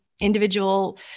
individual